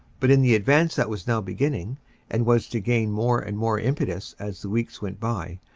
but in the advance that was now beginning and was to gain more and more impetus as the weeks went by,